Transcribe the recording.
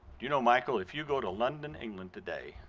you know, michael, if you go to london, england today,